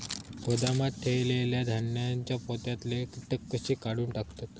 गोदामात ठेयलेल्या धान्यांच्या पोत्यातले कीटक कशे काढून टाकतत?